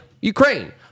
Ukraine